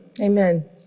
Amen